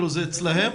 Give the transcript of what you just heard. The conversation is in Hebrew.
זה אצלם?